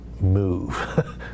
move